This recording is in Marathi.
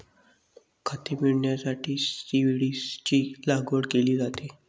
खते मिळविण्यासाठी सीव्हीड्सची लागवड केली जाते